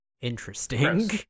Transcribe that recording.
Interesting